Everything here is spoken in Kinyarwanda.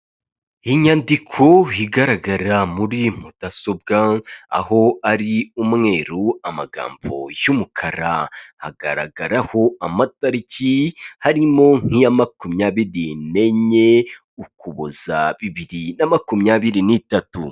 Inyandiko igaragarira muri mudasobwa aho ari umweru amagambo y'umukara hagaragaraho amatariki harimo nk'iya makumyabiri n'enye ukuboza bibiri na makumyabiri n'itatu.